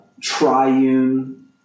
triune